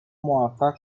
موفق